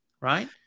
Right